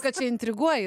kad čia intriguoji